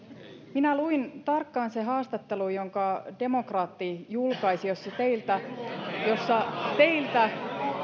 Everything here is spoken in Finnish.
minä luin tarkkaan sen haastattelun jonka demokraatti julkaisi jossa teiltä jossa teiltä